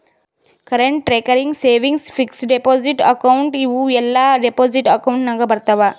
current, recurring, savings, fixed deposit account ಇವೂ ಎಲ್ಲಾ deposit account ನಾಗ್ ಬರ್ತಾವ್